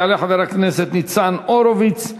יעלה חבר הכנסת ניצן הורוביץ,